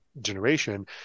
generation